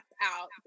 out